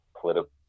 political